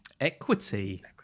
Equity